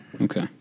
Okay